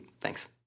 Thanks